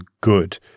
good